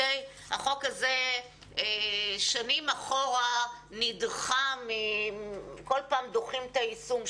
החוק הזה שנים אחורה נדחה וכל פעם דוחים את יישומו